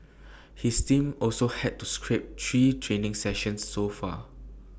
his team also had to scrap three training sessions so far